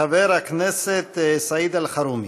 חבר הכנסת סעיד אלחרומי.